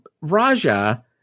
Raja